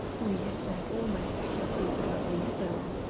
oh yes! i have all my faculties about me still.